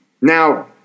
Now